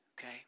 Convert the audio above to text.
okay